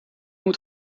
moet